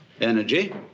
energy